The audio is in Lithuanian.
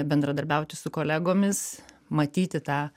bendradarbiauti su kolegomis matyti tą